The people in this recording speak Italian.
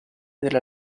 della